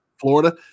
Florida